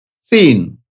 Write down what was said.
seen